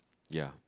ya